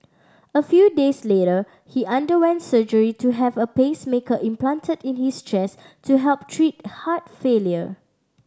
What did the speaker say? a few days later he underwent surgery to have a pacemaker implanted in his chest to help treat heart failure